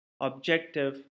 objective